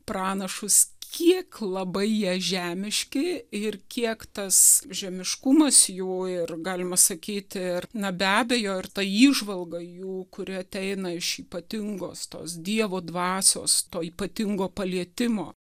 pranašus kiek labai jie žemiški ir kiek tas žemiškumas jų ir galima sakyt ir na be abejo ir ta įžvalga jų kuri ateina iš ypatingos tos dievo dvasios to ypatingo palietimo